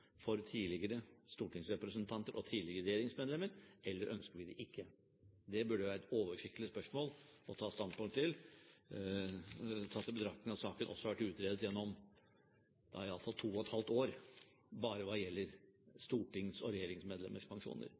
for tidligere stortingsrepresentanters og tidligere regjeringsmedlemmers pensjoner, eller ønsker vi det ikke? Det burde være et overskikkelig spørsmål å ta standpunkt til tatt i betraktning at saken også har vært utredet gjennom to og et halvt år bare hva gjelder stortings- og regjeringsmedlemmers pensjoner.